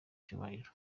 cyubahiro